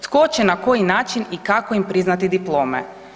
Tko će i na koji način i kako im priznati diplome?